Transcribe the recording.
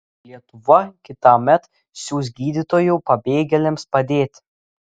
lietuva kitąmet siųs gydytojų pabėgėliams padėti